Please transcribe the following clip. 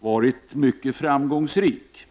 har varit mycket framgångsrik.